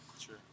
Sure